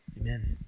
Amen